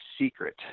secret